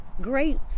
grapes